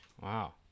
Wow